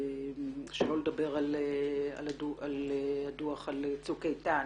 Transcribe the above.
שלא לדבר על הדוח על "צוק איתן",